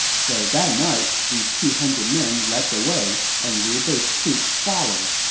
so that night, these two hundred men led the way, and liu bei's troops followed.